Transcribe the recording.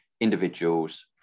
individuals